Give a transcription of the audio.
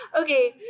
Okay